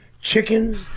chickens